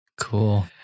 Cool